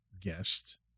guest